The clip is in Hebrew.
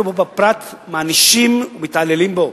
אנחנו מענישים את הפרט ומתעללים בו.